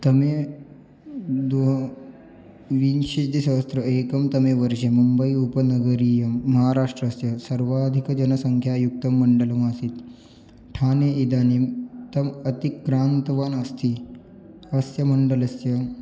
तमे द्वाविंशतिसहस्रम् एकं तमे वर्षे मुम्बै उपनगरीयं महाराष्ट्रस्य सर्वाधिकजनसङ्ख्यायुक्तं मण्डलम् आसीत् ठाने इदानीं तम् अतिक्रान्तवान् अस्ति अस्य मण्डलस्य